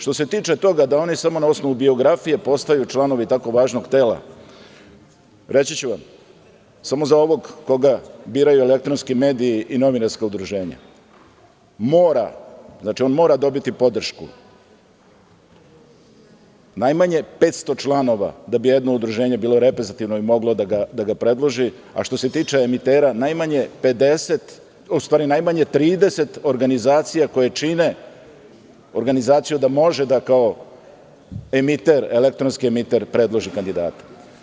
Što se tiče toga da oni samo na osnovu biografije postaju članovi tako važnog tela, reći ću vam, samo za ovog koga biraju elektronski mediji i novinarska udruženja mora, znači, on mora dobiti podršku najmanje 500 članova da bi jedno udruženje bilo reprezentativno, da bi moglo da ga predloži, a što se tiče emitera, najmanje 50, u stvari najmanje 30 organizacija koje čine organizaciju, da može da kao emiter, elektronski emiter predloži kandidata.